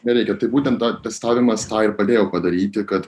nereikia tai būtent testavimas tą ir padėjo padaryti kad